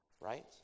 Right